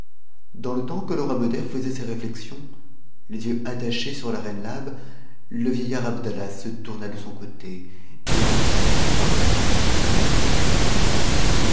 dans le temps que le roi beder faisait ces réflexions les yeux attachés sur la reine labe le vieillard abdallah se tourna de son côté et en le prenant par la main il le lui présenta